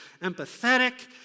empathetic